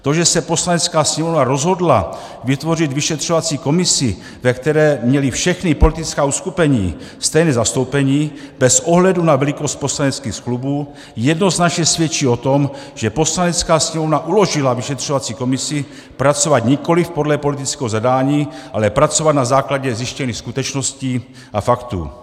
To, že se Poslanecká sněmovna rozhodla vytvořit vyšetřovací komisi, ve které měla všechna politická uskupení stejné zastoupení bez ohledu na velikost poslaneckých klubů, jednoznačně svědčí o tom, že Poslanecká sněmovna uložila vyšetřovací komisi pracovat nikoliv podle politického zadání, ale pracovat na základě zjištěných skutečností a faktů.